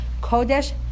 kodesh